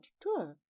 tour